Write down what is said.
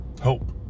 hope